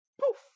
poof